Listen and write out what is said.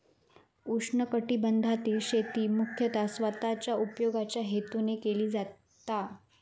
उष्णकटिबंधातील शेती मुख्यतः स्वतःच्या उपयोगाच्या हेतून केली जाता